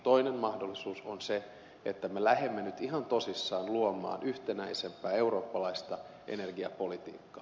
toinen mahdollisuus on se että me lähdemme nyt ihan tosissaan luomaan yhtenäisempää eurooppalaista energiapolitiikkaa